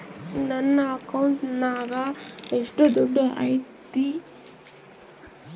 ನನ್ನ ಅಕೌಂಟಿನಾಗ ಎಷ್ಟು ದುಡ್ಡು ಐತಿ?